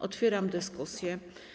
Otwieram dyskusję.